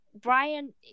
Brian